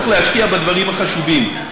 צריך להשקיע בדברים החשובים,